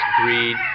greed